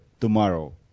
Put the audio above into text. tomorrow